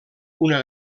una